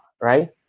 right